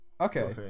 Okay